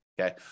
okay